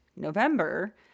November